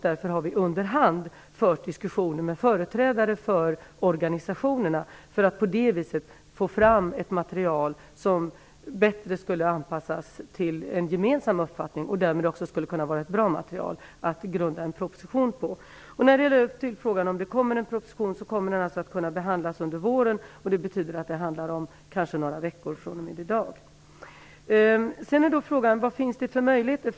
Därför har vi under hand fört diskussioner med företrädare för organisationerna för att på det viset få fram ett material som skulle vara bättre anpassat till en gemensam uppfattning och därmed också skulle kunna vara ett bra material att grunda en proposition på. Propositionen kommer att kunna behandlas under våren. Det betyder att den kommer inom några veckor fr.o.m. i dag. Sedan är då frågan vad det finns för möjligheter.